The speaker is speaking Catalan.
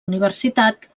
universitat